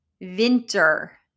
Winter